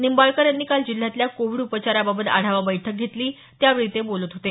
निंबाळकर यांनी काल जिल्ह्यातल्या कोविड उपचाराबाबत आढावा बैठक घेतली त्यावेळी ते बोलत होते